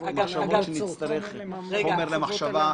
למחשבה.